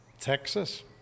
Texas